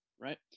Right